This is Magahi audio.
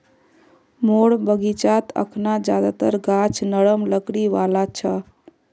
मोर बगीचात अखना ज्यादातर गाछ नरम लकड़ी वाला छ